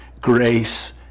grace